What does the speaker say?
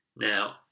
Now